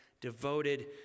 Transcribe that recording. devoted